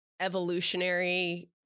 evolutionary